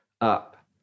up